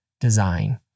design